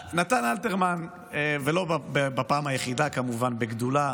נתן אלתרמן, ולא בפעם היחידה כמובן, בגדולה,